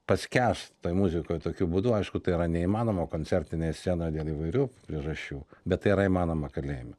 paskęst toj muzikoj tokiu būdu aišku tai yra neįmanoma koncertinėj scenoj dėl įvairių priežasčių bet tai yra įmanoma kalėjime